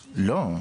לא.